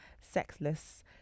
sexless